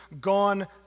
gone